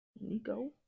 Nico